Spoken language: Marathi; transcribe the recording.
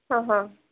हा हा